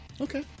Okay